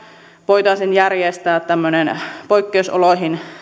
voitaisiin järjestää tämmöinen poikkeusoloihin